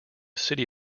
city